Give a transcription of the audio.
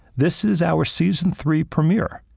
this is our season three premiere,